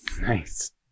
Nice